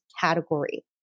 category